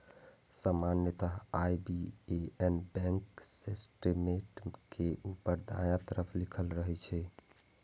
सामान्यतः IBAN bank statement के ऊपर दायां तरफ लिखल रहै छै